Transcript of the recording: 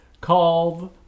Called